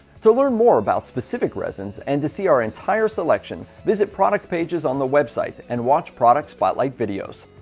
to learn more about specific resins and to see our entire selection, visit product pages on the website and watch product spotlight videos.